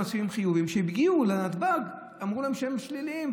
אנשים חיוביים שהגיעו לנתב"ג ואמרו להם שהם שליליים,